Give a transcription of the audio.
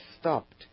stopped